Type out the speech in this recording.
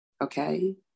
Okay